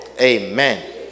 Amen